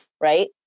right